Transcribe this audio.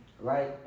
Right